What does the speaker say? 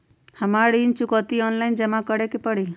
हमरा ऋण चुकौती ऑनलाइन जमा करे के परी?